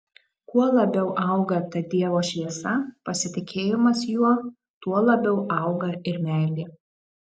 kuo labiau auga ta dievo šviesa pasitikėjimas juo tuo labiau auga ir meilė